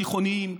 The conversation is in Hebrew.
תיכוניים,